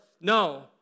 No